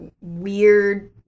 weird